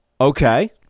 Okay